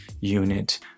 unit